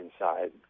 inside